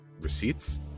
receipts